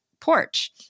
porch